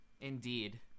Indeed